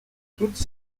toutes